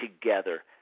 together